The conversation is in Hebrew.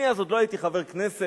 אז עוד לא הייתי חבר כנסת,